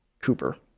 Cooper